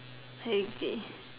okay